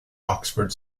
oxford